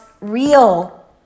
real